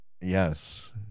Yes